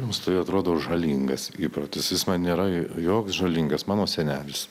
jums tai atrodo žalingas įprotis jis man nėra joks žalingas mano senelis